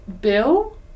Bill